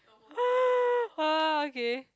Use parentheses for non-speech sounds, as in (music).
(noise) okay